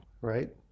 right